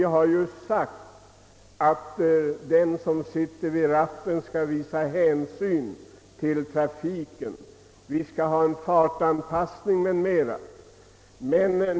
Det heter att den som sitter vid ratten skall visa hänsyn i trafiken, att vi skall tillämpa fartanpassning m.m.